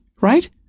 right